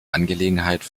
angelegenheit